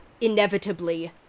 inevitably